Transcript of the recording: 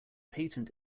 patent